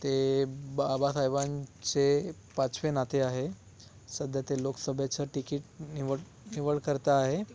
ते बाबासाहेबांचे पाचवे नाते आहे सध्या ते लोकसभेचं तिकीट निवड निवडकर्ता आहे